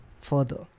further